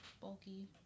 bulky